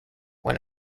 when